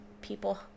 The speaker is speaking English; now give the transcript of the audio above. people